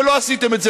ולא עשיתם את זה,